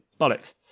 Bollocks